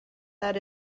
that